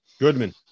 Goodman